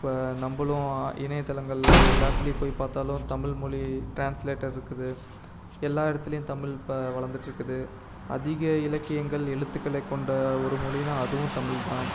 இப்போ நம்மளும் இணைய தளங்களில் எல்லாத்துலையும் போய் பார்த்தாலும் தமிழ் மொழி ட்ரான்ஸ்லேட்டர் இருக்குது எல்லாம் இடத்துலையும் தமிழ் இப்போ வளர்ந்துட்ருக்குது அதிக இலக்கியங்கள் எழுத்துக்களை கொண்ட ஒரு மொழின்னா அதுவும் தமிழ் தான்